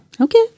Okay